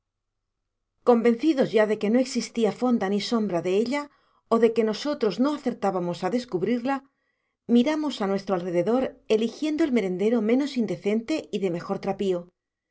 convencidos ya de que no existía fonda ni sombra de ella o de que nosotros no acertábamos a descubrirla miramos a nuestro alrededor eligiendo el merendero menos indecente y de mejor trapío